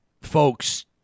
folks